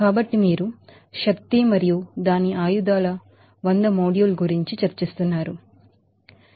కాబట్టి మనము ఎనర్జీ మరియు దాని అర్మ్స్ గురించి మాడ్యూల్ 6 లో చర్చించాము